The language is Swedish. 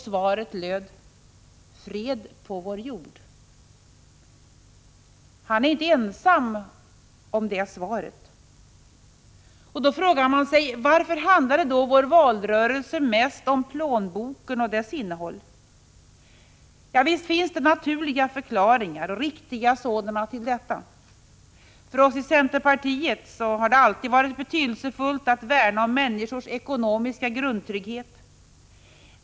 Svaret löd: Fred på vår jord. Han är inte ensam om det svaret. | Då frågar man sig: Varför handlade vår valrörelse mest om plånboken och dess innehåll? Visst finns det naturliga och riktiga förklaringar också till detta. För oss i centerpartiet har det alltid varit betydelsefullt att värna om människors ekonomiska grundtrygghet.